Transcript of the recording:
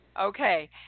Okay